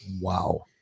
wow